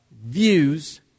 views